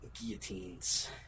guillotines